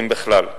אם בכלל.